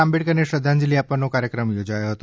આંબેડકરને શ્રધ્ધાંજલિ આપવાનો કાર્યક્રમ યોજાયો હતો